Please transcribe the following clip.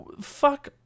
fuck